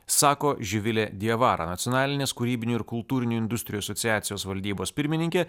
sako živilė diavara nacionalinės kūrybinių ir kultūrinių industrijų asociacijos valdybos pirmininkė